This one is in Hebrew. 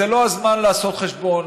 זה לא הזמן לעשות חשבון,